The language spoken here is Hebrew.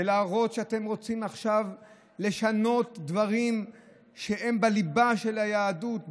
ולהראות שאתם רוצים עכשיו לשנות דברים שהם בליבה של היהדות,